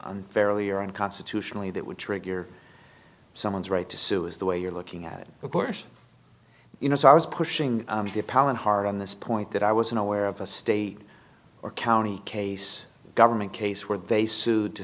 fairly or on constitutionally that would trigger someone's right to sue is the way you're looking at abortion you know so i was pushing the palin hard on this point that i was unaware of a state or county case government case where they sued to